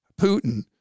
Putin